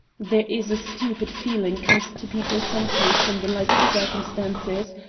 there is a stupid feeling comes to people sometimes in the like circumstances,